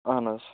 اَہَن حظ